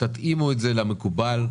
תתאימו את זה למקובל,